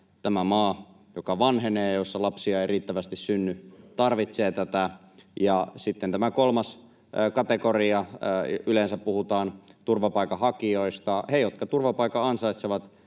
tämä maa, joka vanhenee ja jossa lapsia ei riittävästi synny, [Juha Mäenpään välihuuto] tarvitsee tätä. Sitten on tämä kolmas kategoria, yleensä puhutaan turvapaikanhakijoista. Heille, jotka turvapaikan ansaitsevat,